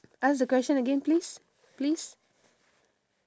ask the question again please please